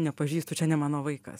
nepažįstu čia ne mano vaikas